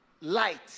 light